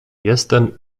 jestem